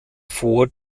vor